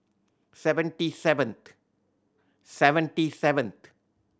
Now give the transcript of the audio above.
seventy seventh seventy seventh